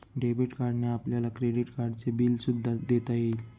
debit कार्डने आपल्याला credit कार्डचे बिल सुद्धा देता येईल